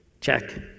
Check